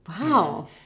Wow